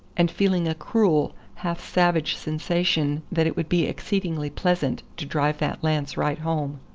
and feeling a cruel, half savage sensation that it would be exceedingly pleasant to drive that lance right home.